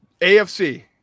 AFC